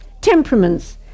Temperaments